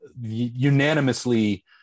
unanimously